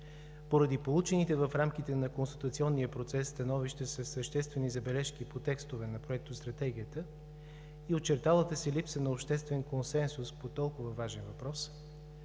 Поради получените в рамките на конституционния процес становища със съществени забележки по текстове на Проектостратегията и очерталата се липса на обществен консенсус по толкова важен въпрос,